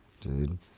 dude